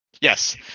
Yes